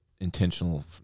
intentional